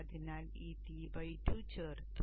അതിനാൽ ഈ T 2 ചേർത്തു